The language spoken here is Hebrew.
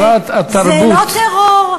זה לא טרור,